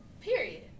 Period